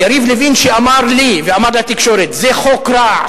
יריב לוין אמר לי ואמר לתקשורת: זה חוק רע,